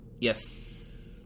Yes